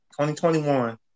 2021